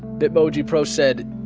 bit bodi pro said